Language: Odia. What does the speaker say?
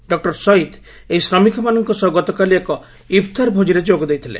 ଡକୁର ସଇଦ୍ ଏହି ଶ୍ରମିକମାନଙ୍କ ସହ ଗତକାଲି ଏକ ଇଫ୍ତାର ଭୋକିରେ ଯୋଗ ଦେଇଥିଲେ